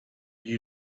you